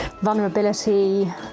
vulnerability